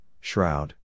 shroud